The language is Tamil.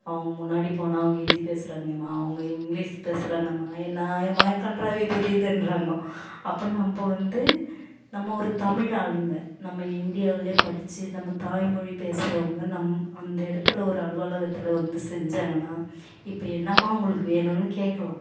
அவங்க முன்னாடி போனால் அவங்க ஹிந்தி பேசுகிறாங்கேம்மா அவங்க இங்கிலீஸ் பேசுகிறாங்கம்மா என்ன ஏம்மா கன்ட்ராவி புரியுதுகிறாங்கோ அப்போ நம்ம வந்து நம்ம ஒரு தமிழ் ஆளுங்கள் நம்ம இந்தியாவிலே படித்து நம்ம தாய்மொழி பேசுகிறவங்க நம் அந்த இடத்துல ஒரு அலுவலகத்தில் வந்து செஞ்சாங்கன்னால் இப்போ என்னம்மா உங்களுக்கு வேணுன்னு கேட்கலாம்